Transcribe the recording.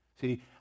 See